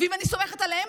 ואם אני סומכת עליהם,